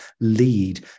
lead